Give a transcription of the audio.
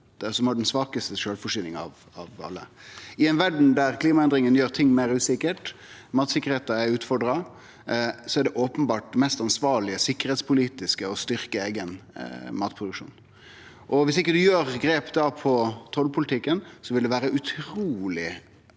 det, som har den svakaste sjølvforsyninga av alle. I ei verd der klimaendringane gjer ting meir usikkert og matsikkerheita er utfordra, er det openbert mest ansvarleg sikkerheitspolitisk å styrkje eigen matproduksjon. Viss ikkje ein gjer grep i tollpolitikken, vil det vere utruleg